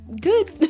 good